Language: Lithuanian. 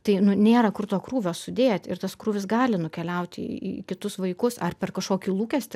tai nu nėra kur to krūvio sudėt ir tas krūvis gali nukeliauti į kitus vaikus ar per kažkokį lūkestį